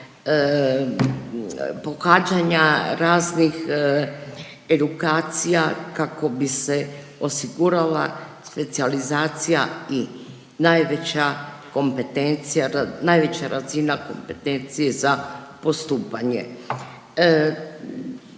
pohađanja raznih edukacija kako bi se osigurala specijalizacija i najveća kompetencija ra…,